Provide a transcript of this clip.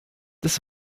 des